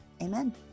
Amen